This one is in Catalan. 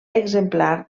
exemplar